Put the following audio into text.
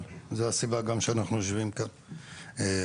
וזו הסיבה גם שאנחנו יושבים כאן היום,